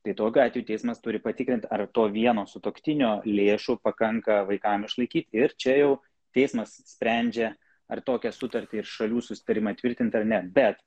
tai tokiu atveju teismas turi patikrint ar to vieno sutuoktinio lėšų pakanka vaikam išlaikyt ir čia jau teismas sprendžia ar tokią sutartį ir šalių susitarimą tvirtint ar ne bet